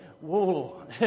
whoa